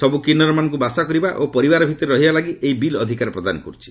ସବୁ କିନ୍ନରମାନଙ୍କୁ ବାସ କରିବା ଓ ପରିବାର ଭିତରେ ରହିବା ଲାଗି ଏହି ବିଲ୍ ଅଧିକାର ପ୍ରଦାନ କରୁଛି